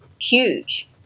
huge